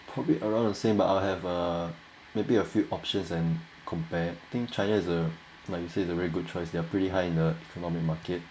probably around the same but I'll have a maybe a few options and compare I think china is a like you said the very good choice they're pretty high in the economic market